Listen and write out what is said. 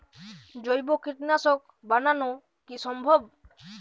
জৈব কীটনাশক বানানো কি সম্ভব?